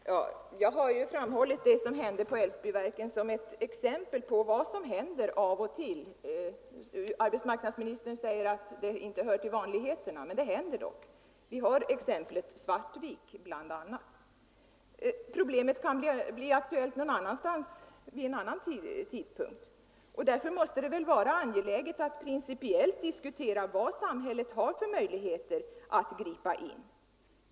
Herr talman! Jag har ju framhållit det som hänt på Älvsbyverken som ett exempel på vad som förekommer av och till. Arbetsmarknadsministern säger att det inte hör till vanligheterna, men det händer dock. Vi har bl.a. exemplet Svartvik. Problemet kan bli aktuellt någon annanstans vid en annan tidpunkt, och därför måste det väl vara angeläget att principiellt diskutera vilka möjligheter samhället har att gripa in.